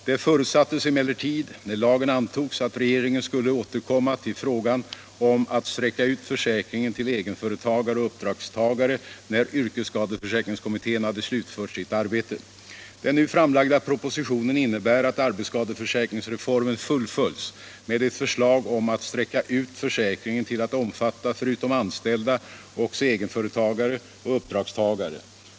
Det förutsattes emellertid, när lagen antogs, att regeringen skulle återkomma till frågan om att utsträcka försäkringen till egenföretagare och uppdragstagare när yrkesskadekommittén hade slutfört sitt arbete. Den nu framlagda propositionen innebär att arbetsskadeförsäkringsreformen fullföljs med ett förslag om att utsträcka försäkringen till att omfatta, förutom anställda, också egenföretagare och uppdragstagare.